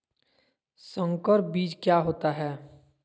संकर बीज क्या होता है?